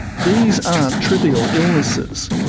these aren't trivial illnesses.